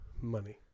Money